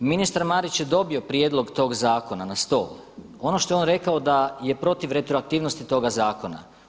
Ministar Marić je dobio prijedlog tog zakona na stol, ono što je on rekao je da je protiv retroaktivnosti toga zakona.